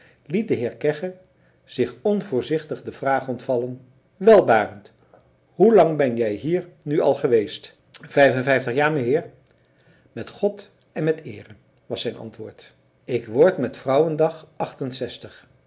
de heer kegge zich onvoorzichtig de vraag ontvallen wel barend hoe lang ben jij hier nu al geweest vijf en vijftig jaar meheer met god en met eere was zijn antwoord ik word met vrouwendag achtenzestig